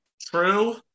true